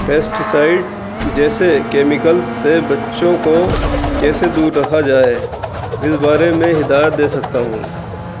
pesticide جیسے chemical سے بچوں کو کیسے دور رکھا جائے اس بارے میں ہدایت دے سکتا ہوں